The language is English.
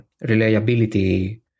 reliability